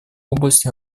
области